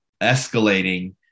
escalating